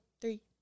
three